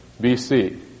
BC